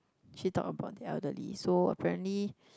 she talked about the elderly so apparently